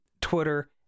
Twitter